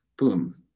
Boom